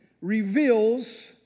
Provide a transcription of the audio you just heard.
reveals